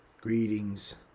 greetings